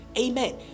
amen